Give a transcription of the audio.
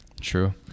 True